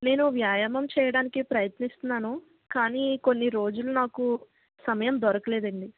నేను వ్యాయామం చెయ్యడానికి ప్రయత్నిస్తున్నాను కానీ కొన్ని రోజులు నాకు సమయం దొరకలేదండి